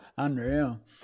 Unreal